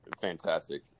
fantastic